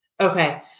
Okay